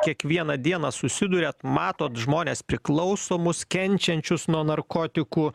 kiekvieną dieną susiduriat matot žmones priklausomus kenčiančius nuo narkotikų